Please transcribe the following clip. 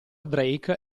drake